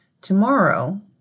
tomorrow